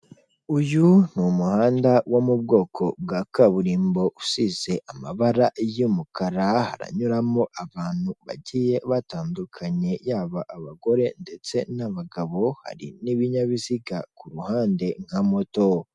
Uyu umuhanda wo mu bwoko bwa kaburimbo usize amabara y'umukara haranyuramo abantu bagiye batandukanye yaba abagore ndetse n'abagabo hari n'ibinyabiziga ku ruhande nka moto.